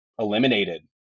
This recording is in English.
eliminated